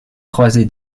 croisé